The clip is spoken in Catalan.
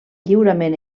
lliurament